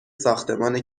ساختمان